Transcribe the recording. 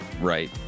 Right